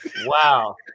Wow